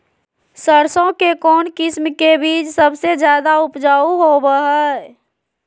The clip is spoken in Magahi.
सरसों के कौन किस्म के बीच सबसे ज्यादा उपजाऊ होबो हय?